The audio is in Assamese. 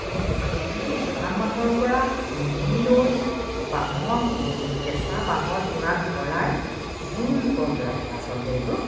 শুকান যিটো শুকান মাছৰ পৰা খুন্দি লৈ বাঁহৰ কোমো কেঁচা বাঁহৰ চুঙাত ভৰাই জুইৰ ওপৰত ৰাখে আচলতে এইটো